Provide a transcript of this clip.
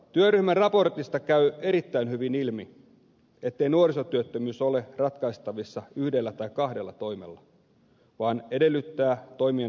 työryhmän raportista käy erittäin hyvin ilmi ettei nuorisotyöttömyys ole ratkaistavissa yhdellä tai kahdella toimella vaan edellyttää toimien laaja alaisuutta